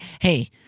hey